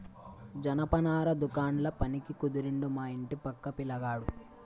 జనపనార దుకాండ్ల పనికి కుదిరిండు మా ఇంటి పక్క పిలగాడు